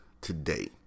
today